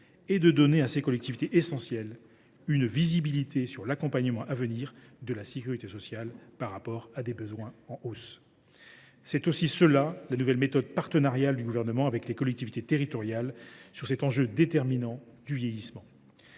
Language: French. et de donner à ces collectivités essentielles une visibilité sur l’accompagnement à venir de la sécurité sociale par rapport à des besoins en hausse. C’est aussi cela la nouvelle méthode partenariale du Gouvernement avec les collectivités territoriales sur cet enjeu déterminant du vieillissement.